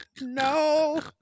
no